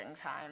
time